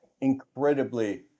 incredibly